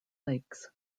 lakes